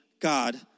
God